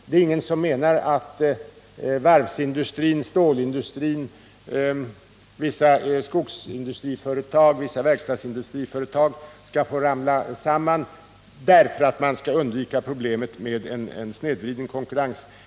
Det är ingen som menar att varvsindustrin, stålindustrin, vissa skogsindustriföretag eller vissa verkstadsindustriföretag skall få ramla samman därför att man skall undvika problemet med en snedvriden konkurrens.